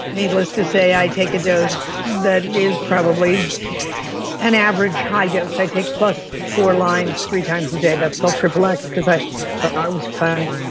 needless to say i take a dose that is probably an average high dose. i take plus four lines three times a day. that's called triple x because i but thought i was funny.